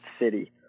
city